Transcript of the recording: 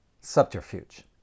subterfuge